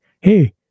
Hey